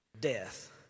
death